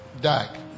Dag